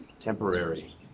Temporary